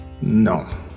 No